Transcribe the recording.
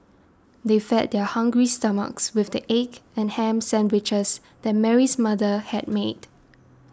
they fed their hungry stomachs with the egg and ham sandwiches that Mary's mother had made